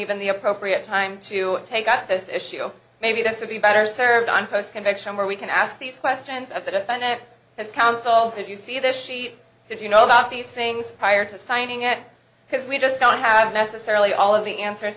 even the appropriate time to take up this issue maybe this would be better served on post conviction where we can ask these questions of the defendant as counsel if you see the sheet if you know about these things prior to signing it because we just don't have necessarily all of the answers